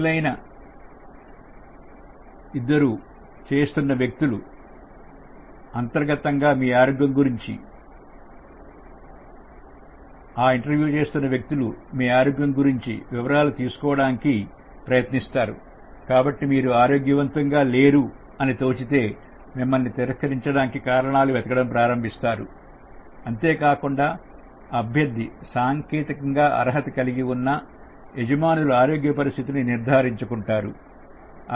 అసలైన ఇద్దరూ చేస్తున్న వ్యక్తులు అంతర్గతంగా మీ ఆరోగ్యం గురించి వివరాలు తీసుకురావడానికి ప్రయత్నిస్తారు కాబట్టి వారికి మీరు ఆరోగ్యంగా లేరు అని తోచితే మిమ్మల్ని తిరస్కరించడానికి కారణాలు వెతకడం ప్రారంభిస్తారు అంతేకాకుండా అభ్యర్థి సాంకేతికంగా అర్హత కలిగి ఉన్నా యజమానులు ఆరోగ్య పరిస్థితిని నిర్ధారించు కుంటారు